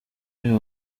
uyu